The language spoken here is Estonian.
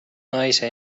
naise